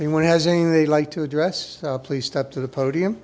ing they like to address please step to the podium